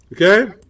Okay